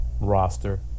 roster